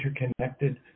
interconnected